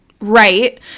right